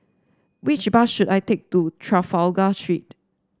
which bus should I take to Trafalgar Street